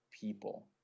people